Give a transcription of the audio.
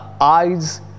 eyes